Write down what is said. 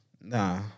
nah